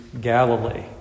Galilee